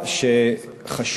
שחשוב,